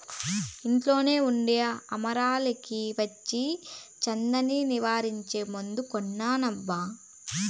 ఇంట్లో ఉండే అరమరలకి వచ్చే చెదల్ని నివారించే మందు కొనబ్బా